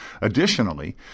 Additionally